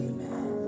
Amen